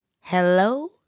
Hello